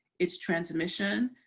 its transmission,